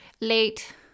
late